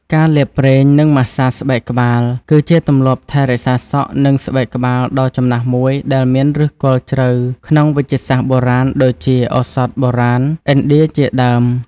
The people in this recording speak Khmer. ការលាបប្រេង និងម៉ាស្សាស្បែកក្បាល គឺជាទម្លាប់ថែរក្សាសក់ និងស្បែកក្បាលដ៏ចំណាស់មួយដែលមានឫសគល់ជ្រៅក្នុងវេជ្ជសាស្ត្របុរាណ ដូចជា ឱសថបុរាណឥណ្ឌាជាដើម។